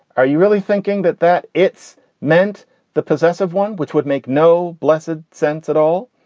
are you really thinking that that it's meant the possessive one, which would make no blessed sense at all?